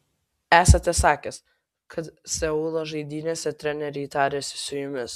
esate sakęs kad seulo žaidynėse treneriai tarėsi su jumis